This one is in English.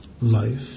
life